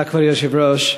כבוד היושב-ראש,